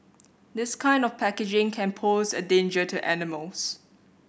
this kind of packaging can pose a danger to animals